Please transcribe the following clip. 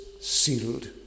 Sealed